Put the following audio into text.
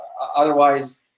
Otherwise